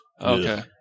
Okay